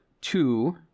two